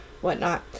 whatnot